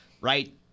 right